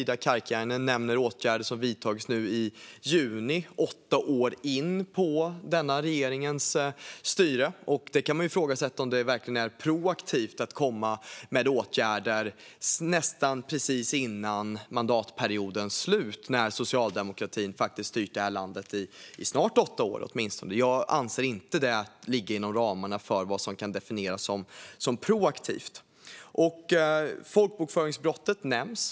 Ida Karkiainen nämner åtgärder som har vidtagits nu i juni, åtta år in på denna regerings styre. Man kan ifrågasätta om det verkligen är proaktivt att komma med åtgärder precis före mandatperiodens slut när socialdemokratin faktiskt har styrt det här landet i snart åtta år. Jag anser inte det ligga inom ramarna för vad som kan definieras som proaktivt. Folkbokföringsbrottet nämns.